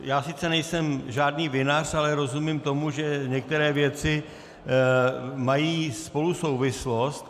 Já sice nejsem žádný vinař, ale rozumím tomu, že některé věci mají spolu souvislost.